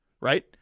Right